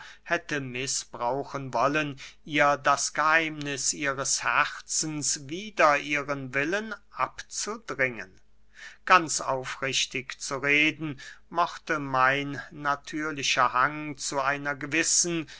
hätte mißbrauchen wollen ihr das geheimniß ihres herzens wider ihren willen abzudrängen ganz aufrichtig zu reden mochte mein natürlicher hang zu einer gewissen